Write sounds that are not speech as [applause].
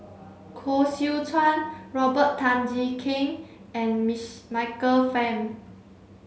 Koh Seow Chuan Robert Tan Jee Keng and [unintelligible] Michael Fam